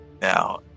Now